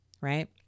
right